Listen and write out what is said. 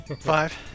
Five